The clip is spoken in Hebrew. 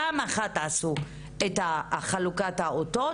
פעם אחת עשו את חלוקת האותות,